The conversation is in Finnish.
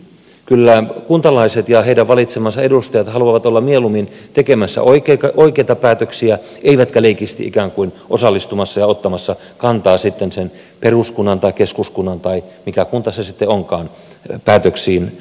kyllä kuntalaiset ja heidän valitsemansa edustajat haluavat olla mieluummin tekemässä oikeita päätöksiä eivätkä leikisti ikään kuin osallistumassa ja ottamassa kantaa sitten sen peruskunnan tai keskuskunnan tai mikä kunta se sitten onkaan päätöksiin